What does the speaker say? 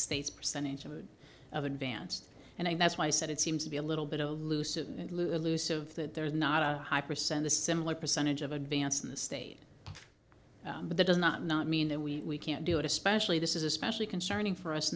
state's percentage of advanced and i that's why i said it seems to be a little bit of a loose elusive that there is not a high percentage similar percentage of advance in the state but that does not not mean that we can't do it especially this is especially concerning for us